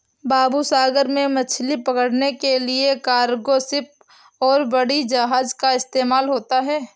बाबू सागर में मछली पकड़ने के लिए कार्गो शिप और बड़ी जहाज़ का इस्तेमाल होता है